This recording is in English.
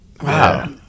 Wow